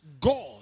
God